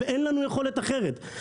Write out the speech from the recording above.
ואין לנו יכולת אחרת.